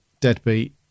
Deadbeat